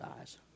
eyes